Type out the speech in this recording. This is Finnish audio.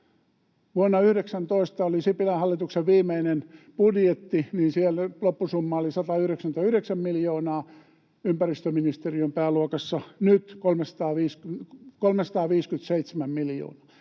Vuonna 19 oli Sipilän hallituksen viimeinen budjetti, jossa loppusumma oli 199 miljoonaa ympäristöministeriön pääluokassa, nyt 357 miljoonaa.